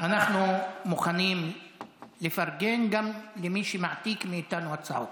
אנחנו מוכנים לפרגן גם למי שמעתיק מאיתנו הצעות